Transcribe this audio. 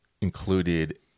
included